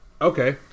Okay